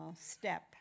step